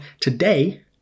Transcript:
today